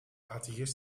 atheïst